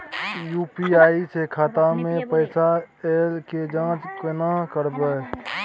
UPI स खाता मे पैसा ऐल के जाँच केने करबै?